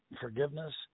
forgiveness